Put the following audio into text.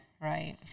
Right